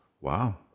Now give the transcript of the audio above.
Wow